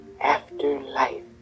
afterlife